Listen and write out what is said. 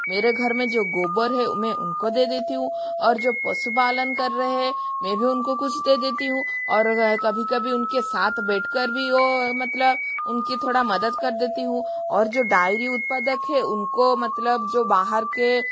मेरे घर में जो गोबर है मैं उनको दे देती हूँ और जो पशुपालन कर रहे है मैं भी उनको कुछ दे देती हूँ और कभी कभी उनके साथ बैठ कर भी वो मतलब उनकी थोड़ी मदद कर देती हूँ और जो डायरी उत्पादक है उनको मतलब जो बाहर के